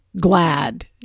glad